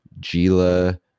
gila